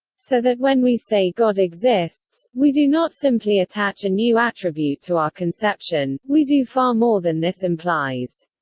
so that when we say god exists, we do not simply attach a new attribute to our conception we do far more than this implies.